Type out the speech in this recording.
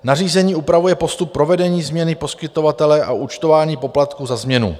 Nařízení upravuje postup provedení změny poskytovatele a účtování poplatků za změnu.